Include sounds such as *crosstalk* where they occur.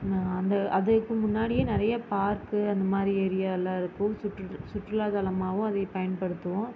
அது அதுக்கு முன்னாடியே நிறையா பார்க்கு அந்தமாதிரி ஏரியாவெலாம் இருக்கும் சுற்று சுற்றுலா தலமாகவும் *unintelligible* பயன்படுத்துவோம்